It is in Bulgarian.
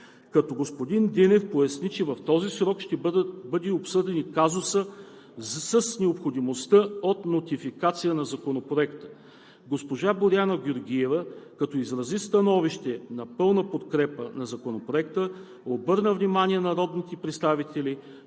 Господин Динев поясни, че в този срок ще бъде обсъден и казусът с необходимостта от нотификация на Законопроекта. Госпожа Боряна Георгиева като изрази становище на пълна подкрепа на Законопроекта, обърна внимание на народните представители,